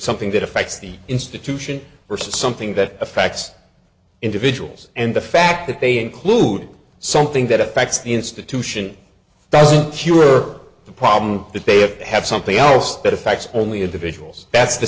something that affects the institution or something that affects individuals and the fact that they include something that affects the institution doesn't cure the problem that they have to have something else that affects only individuals that's the